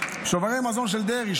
שוברי מזון של דרעי,